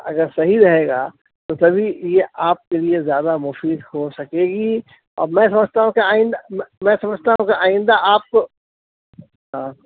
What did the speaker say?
اگر صحیح رہے گا تو تبھی یہ آپ کے لیے زیادہ مفید ہو سکے گی اور میں سمجھتا ہوں کہ آئندہ میں سمجھتا ہوں کہ آئندہ آپ کو